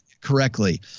correctly